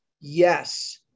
Yes